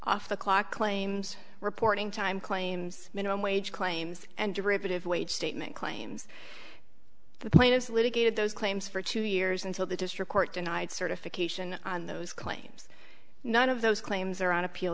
off the clock claims reporting time claims minimum wage claims and derivative wage statement claims the plaintiffs litigated those claims for two years until the district court denied certification on those claims none of those claims are on appeal